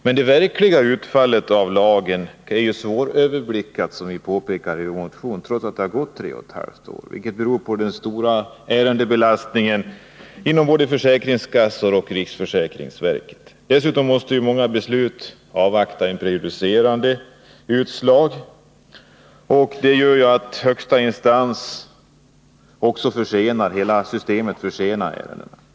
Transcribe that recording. Men det verkliga utfallet av lagen är, som vi påpekar i motionen, svårt att överblicka, trots att det har gått 3 1/2 år sedan dess ikraftträdande. Det beror 140 på den stora ärendebelastningen vid både försäkringskassorna och riksför säkringsverket. Dessutom måste man före många beslut först avvakta prejudicerande utslag. Det innebär att den högsta instansen försenar ärendebehandlingen.